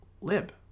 Lib